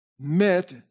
met